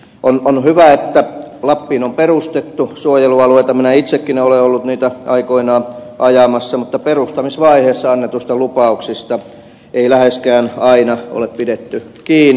on hyvä että lappiin on perustettu suojelualueita minä itsekin olen ollut niitä aikoinaan ajamassa mutta perustamisvaiheessa annetuista lupauksista ei läheskään aina ole pidetty kiinni